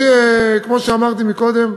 כמו שאמרתי קודם,